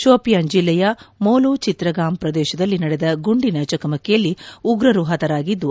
ಶೋಪಿಯಾನ್ ಜಿಲ್ಲೆಯ ಮೋಲು ಚಿತ್ರಗಾಂ ಪ್ರದೇಶದಲ್ಲಿ ನಡೆದ ಗುಂಡಿನ ಚಕಮಕಿಯಲ್ಲಿ ಉಗ್ರರು ಹತರಾಗಿದ್ದು